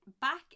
back